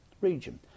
region